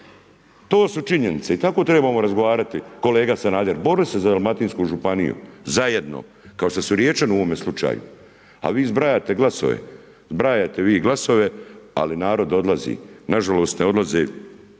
To su činjenice i tako trebamo razgovarati kolega Sanader, boriti se za Dalmatinsku županiju zajedno kao što su Riječani u ovome slučaju. A vi zbrajate glasove. Zbrajate glasove ali narod odlazi. Na žalost ne odlaze